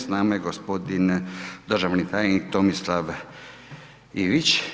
S nama je gospodin državni tajnik Tomislav Ivić.